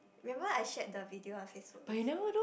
remember I shared the video on FaceBook with you